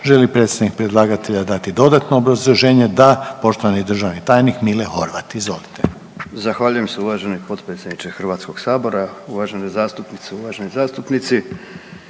li predstavnik predlagatelja dati dodatno obrazloženje? Da, poštovani državni tajnik Mile Horvat, izvolite. **Horvat, Mile (SDSS)** Zahvaljujem se uvaženi potpredsjedniče Hrvatskog sabora. Uvažene zastupnice, uvaženi zastupnici